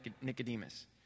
Nicodemus